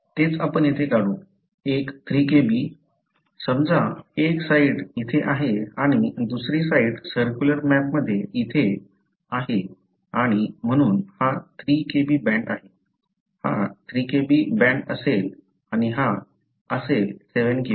तेच आपण येथे काढू एक 3 Kb समजा एक साईट इथे आहे आणि दुसरी साईट सर्क्युलर मॅप मध्ये इथे आहे आणि म्हणून हा 3 Kb बँड आहे हा 3 Kb असेल आणि हा असेल 7 Kb बँड